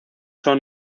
son